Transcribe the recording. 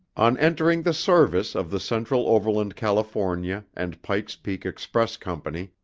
on entering the service of the central overland california and pike's peak express company,